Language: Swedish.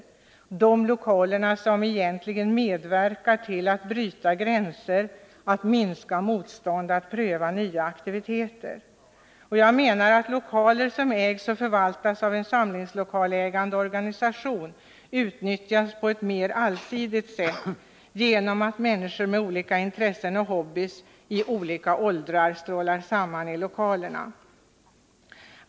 Sådana lokaler medverkar till att vidga gränser, att minska motståndet, att pröva nya aktiviteter. Lokaler som ägs och förvaltas av en samlingslokalsägande organisation utnyttjas på ett mer allsidigt sätt genom att människor i olika åldrar och med olika intressen och hobbyer strålar samman i lokalerna.